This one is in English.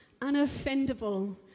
Unoffendable